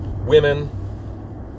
women